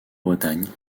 bretagne